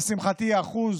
לשמחתי, האחוז